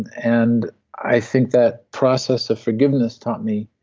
and i think that process of forgiveness taught me